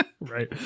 Right